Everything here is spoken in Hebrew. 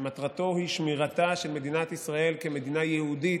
שמטרתו היא שמירתה של מדינת ישראל כמדינה יהודית,